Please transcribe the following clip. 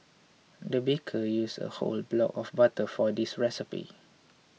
the baker used a whole block of butter for this recipe